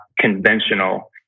conventional